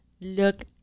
look